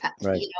Right